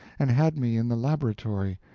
and had me in the laboratory,